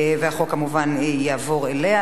החוק יעבור אליה,